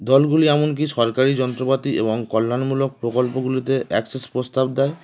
দলগুলি এমনকি সরকারি যন্ত্রপাতি এবং কল্যাণমূলক প্রকল্পগুলিতে অ্যাকসেস প্রস্তাব দেয়